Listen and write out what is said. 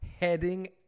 heading